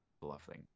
bluffing